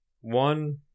one